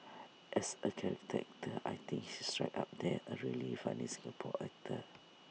as A character actor I think he's right up there A really funny Singapore actor